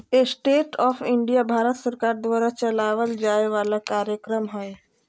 stand up India Bharat सरकार द्वारा चलावल जाय वाला कार्यक्रम हय